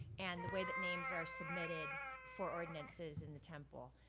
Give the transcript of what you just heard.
and the way that names are submitted for ordinances in the temple.